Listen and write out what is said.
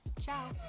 Ciao